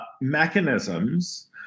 mechanisms